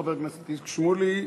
חבר הכנסת איציק שמולי,